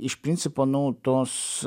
iš principo nu tos